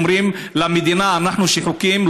הם אומרים למדינה: אנחנו שחוקים,